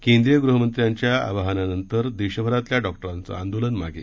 केंद्रीय गृहमंत्र्यांच्या आवाहनानंतर देशभरातल्या डॉक्टरांचे आंदोलन मागे